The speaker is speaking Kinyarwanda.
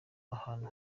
n’ahantu